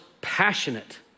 passionate